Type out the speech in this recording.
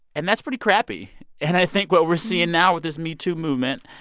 and that's pretty crappy and i think what we're seeing now with this me too movement,